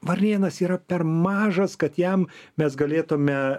varnėnas yra per mažas kad jam mes galėtume